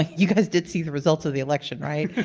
you guys did see the results of the election, right?